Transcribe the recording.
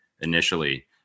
initially